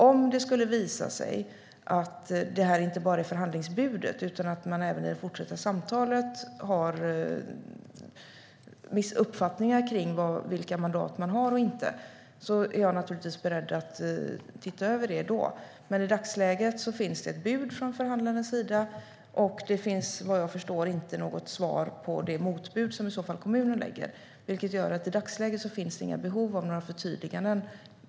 Om det skulle visa sig att det här inte bara är förhandlingsbudet utan att man även i det fortsatta samtalet har vissa uppfattningar om vilka mandat man har respektive inte har är jag naturligtvis beredd att se över mandatet. Men i dagsläget finns det ett bud från förhandlarna, och - såvitt jag förstår - finns det inte något svar på det motbud som i så fall kommunerna lägger fram. I dagsläget finns det alltså inget behov av några förtydliganden.